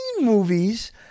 movies